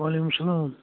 وعلیکُم سلام